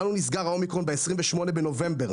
לנו נסגר האומיקרון ב-28 בנובמבר,